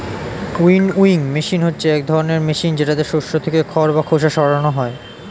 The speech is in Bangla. উইনউইং মেশিন হচ্ছে এক ধরনের মেশিন যেটাতে শস্য থেকে খড় বা খোসা সরানো হয়